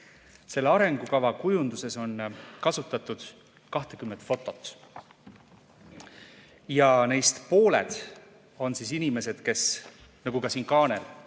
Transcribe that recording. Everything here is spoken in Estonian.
Selle arengukava kujunduses on kasutatud 20 fotot ja neist pooltel on inimesed, kes, nagu ka siin kaanel,